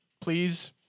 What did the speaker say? please